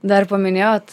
dar paminėjot